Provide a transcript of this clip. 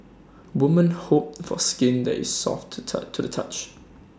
women hope for skin that is soft to to the touch